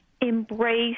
embrace